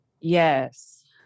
Yes